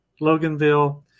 Loganville